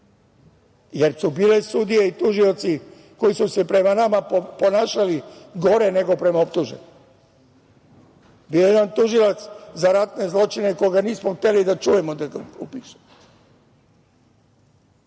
jer su bile sudije i tužioci koji su se prema nama ponašali gore nego prema optuženima. Bio je jedan tužilac za ratne zločine koga nismo hteli da čujemo da … jer